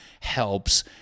helps